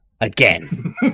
Again